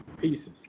pieces